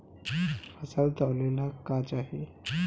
फसल तौले ला का चाही?